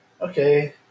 okay